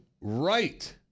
right